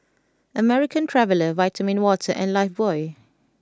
American Traveller Vitamin Water and Lifebuoy